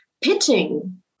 pitching